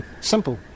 Simple